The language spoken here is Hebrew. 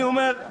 אני אומר,